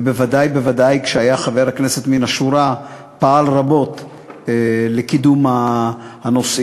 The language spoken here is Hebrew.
ובוודאי ובוודאי כשהיה חבר כנסת מן השורה פעל רבות לקידום הנושאים.